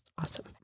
Awesome